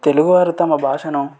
తెలుగు వారు తమ భాషను